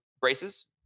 braces